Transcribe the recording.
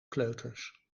kleuters